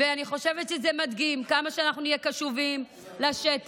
ואני חושבת שזה מדגים שכמה שאנחנו נהיה קשובים לשטח,